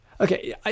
Okay